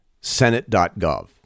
Senate.gov